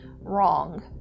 wrong